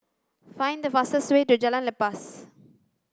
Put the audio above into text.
find the fastest way to Jalan Lepas